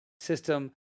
system